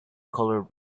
coloured